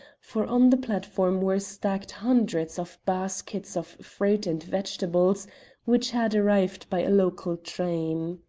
for on the platform were stacked hundreds of baskets of fruit and vegetables which had arrived by a local train.